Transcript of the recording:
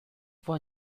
fue